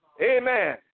Amen